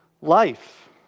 life